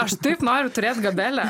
aš taip noriu turėt gabele